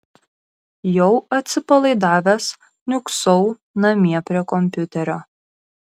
jau atsipalaidavęs niūksau namie prie kompiuterio